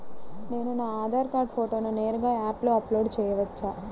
నేను నా ఆధార్ కార్డ్ ఫోటోను నేరుగా యాప్లో అప్లోడ్ చేయవచ్చా?